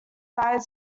died